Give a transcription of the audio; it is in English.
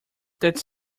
that’s